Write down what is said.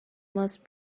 most